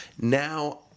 Now